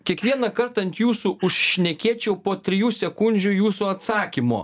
kiekvieną kartą ant jūsų užšnekėčiau po trijų sekundžių jūsų atsakymo